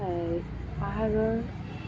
পাহাৰৰ